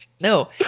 No